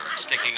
sticking